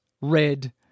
red